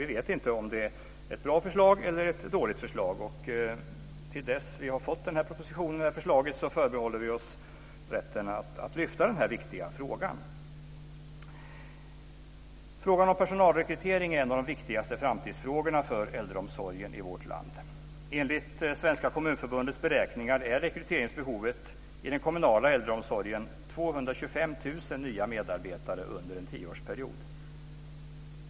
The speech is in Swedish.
Vi vet inte om det är ett bra förslag eller ett dåligt förslag. Till dess vi har fått propositionen förbehåller vi oss rätten att lyfta fram den viktiga frågan. Frågan om personalrekrytering är en av de viktigaste framtidsfrågorna för äldreomsorgen i vårt land. 225 000 nya medarbetare under en tioårsperiod.